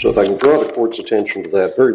so they can draw court's attention to that very